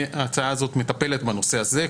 ההצעה הזאת מטפלת בנושא הזה,